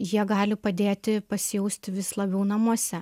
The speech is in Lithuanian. jie gali padėti pasijausti vis labiau namuose